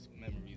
memories